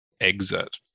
exit